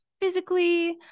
physically